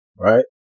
Right